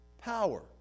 power